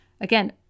Again